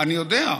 אני יודע.